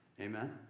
Amen